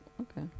okay